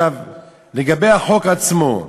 לגבי החוק עצמו,